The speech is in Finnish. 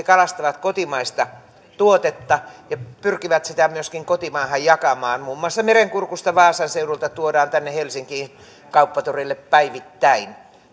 kalastavat kotimaista tuotetta ja pyrkivät sitä myöskin kotimaahan jakamaan muun muassa merenkurkusta vaasan seudulta tuodaan tänne helsinkiin kauppatorille päivittäin